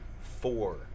four